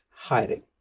hiring